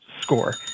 score